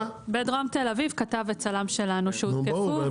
בדרום תל אביב כתב שלנו שהותקפו.